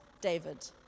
David